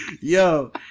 yo